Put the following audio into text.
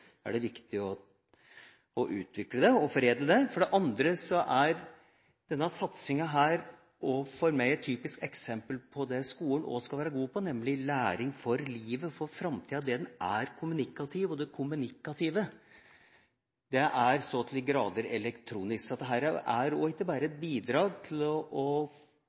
er det viktig å utvikle det og foredle det. For det andre er denne satsinga her også for meg et typisk eksempel på det skolen også skal være god på, nemlig læring for livet, for framtida. Den er kommunikativ, og det kommunikative er så til de grader elektronisk. Så dette er ikke bare et bidrag til å foredle og legge vekt på dette med en grunnleggende ferdighet, men det er absolutt å